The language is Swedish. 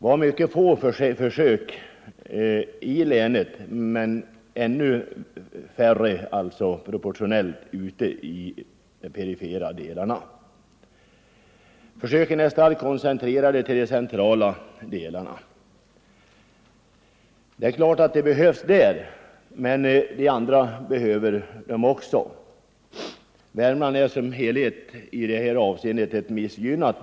Vi har mycket få försök i länet som helhet och proportionellt sett ännu färre i länets perifera delar. Försöken är starkt koncentrerade till länets centrala delar, och självfallet behövs de där. Men de andra delarna behöver dem också. Värmland är som helhet ett missgynnat län i det avseendet.